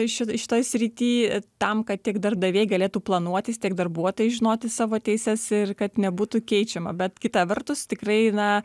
ši šitoj srity tam kad tiek darbdaviai galėtų planuotis tiek darbuotojai žinoti savo teises ir kad nebūtų keičiama bet kita vertus tikrai na